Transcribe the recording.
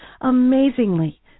Amazingly